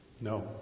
No